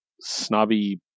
snobby